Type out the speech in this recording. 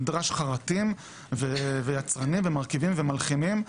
נדרשים חרתים ויצרנים ומרכיבים ומלחימים,